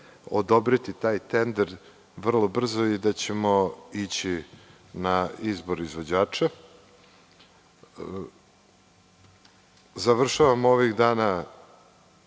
odobriti taj tender vrlo brzo i da ćemo ići na izbor izvođača. Ovih dana